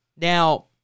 Now